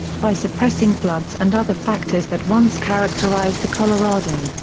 by suppressing floods and other factors that once characterized the colorado,